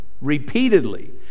repeatedly